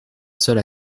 seul